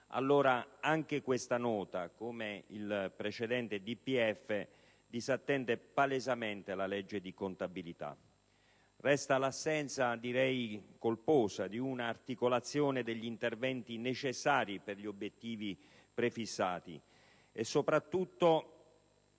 allora anche questa Nota, come il precedente DPEF, disattende palesemente la legge di contabilità. Resta l'assenza, direi colposa, di una articolazione degli interventi necessari per gli obiettivi prefissati e, soprattutto,